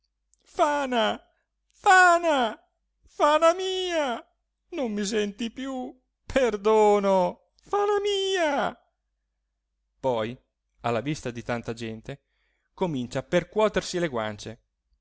fana fana fana mia non mi senti più perdono fana mia poi alla vista di tanta gente comincia a percuotersi le guance